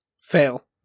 fail